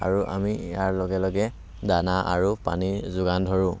আৰু আমি ইয়াৰ লগে লগে দানা আৰু পানীৰ যোগান ধৰোঁ